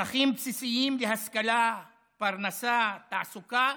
צרכים בסיסיים והשכלה, פרנסה, תעסוקה,